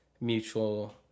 mutual